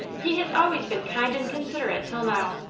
he has always been kind and considerate till now.